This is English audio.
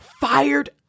fired